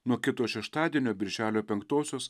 nuo kito šeštadienio birželio penktosios